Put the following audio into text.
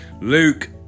Luke